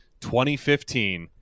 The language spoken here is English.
2015